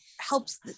helps